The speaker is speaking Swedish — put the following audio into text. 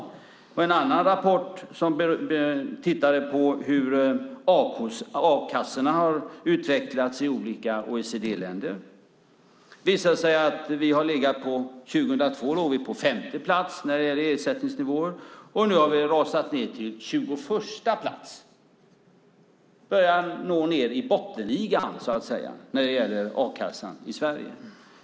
Det var en annan rapport som tittade på hur a-kassorna har utvecklats i olika OECD-länder. År 2002 låg vi på femte plats när det gäller ersättningsnivåer. Nu har vi rasat ned till 21:a plats. Vi börjar så att säga nå bottenligan när det gäller a-kassan i Sverige.